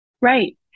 Right